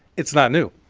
it's not new.